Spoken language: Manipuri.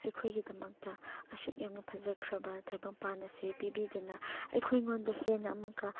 ꯑꯩꯈꯣꯏꯒꯤꯗꯃꯛꯇ ꯑꯁꯨꯛ ꯌꯥꯝꯅ ꯐꯖꯈ꯭ꯔꯕ ꯇꯥꯏꯕꯪꯄꯥꯟ ꯑꯁꯤ ꯄꯤꯕꯤꯗꯨꯅ ꯑꯩꯈꯣꯏꯉꯣꯟꯗ ꯍꯦꯟꯅ ꯑꯃꯨꯛꯀ